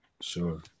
Sure